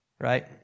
Right